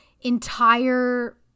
entire